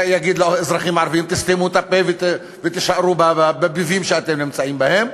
יגיד לאזרחים הערבים: תסתמו את הפה ותישארו בביבים שאתם נמצאים בהם.